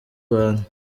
rwanda